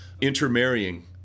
intermarrying